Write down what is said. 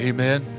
Amen